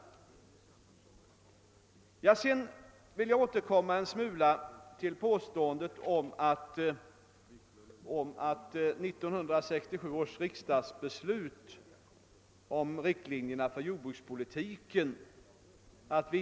Men jag återkommer till påståendet att regeringen inte skulle ha följt 1967 års riksdagsbeslut om riktlinjerna för jordbrukspolitiken.